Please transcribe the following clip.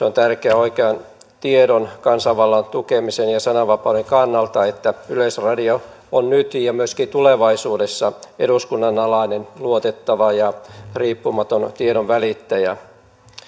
on tärkeää oikean tiedon kansanvallan tukemisen ja ja sananvapauden kannalta että yleisradio on nyt ja myöskin tulevaisuudessa eduskunnan alainen luotettava ja riippumaton tiedonvälittäjä